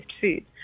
food